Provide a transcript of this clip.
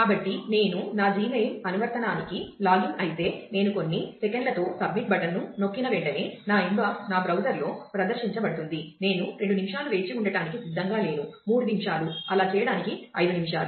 కాబట్టి నేను నా Gmail అనువర్తనానికి లాగిన్ అయితే నేను కొన్ని సెకన్లతో సబ్మిట్ బటన్ను నొక్కిన వెంటనే నా ఇన్బాక్స్ నా బ్రౌజర్లో ప్రదర్శించబడుతుంది నేను 2 నిమిషాలు వేచి ఉండటానికి సిద్ధంగా లేను 3 నిమిషాలు అలా చేయడానికి 5 నిమిషాలు